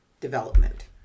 development